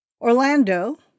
Orlando